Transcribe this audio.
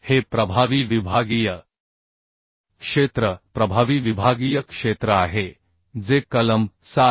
हे प्रभावी विभागीय क्षेत्र प्रभावी विभागीय क्षेत्र आहे जे कलम 7